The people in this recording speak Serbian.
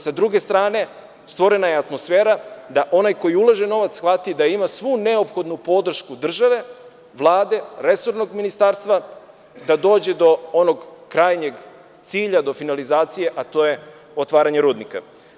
Sa druge strane, stvorena je atmosfera da onaj koji ulaže novac shvati da ima svu neophodnu podršku države, Vlade, resornog ministarstva, da dođe do onog krajnjeg cilja, do finalizacije, a to je otvaranje rudnika.